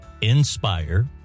inspire